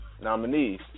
nominees